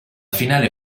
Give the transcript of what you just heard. finale